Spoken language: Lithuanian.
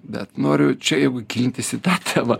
bet noriu čia jeigu gilintis į tą temą